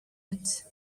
but